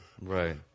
right